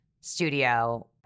studio